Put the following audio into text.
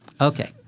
Okay